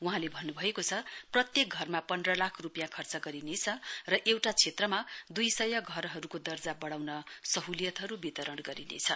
वहाँले भन्नुभएको छ प्रत्येक घरमा पन्ध्र लाख रूपियाँ खर्च गरिनेछ र एउटा क्षेत्रमा दुईसय घरहरूको दर्जा बढाउन सहुलियतहरू वितरण गरिनेछ